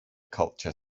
culture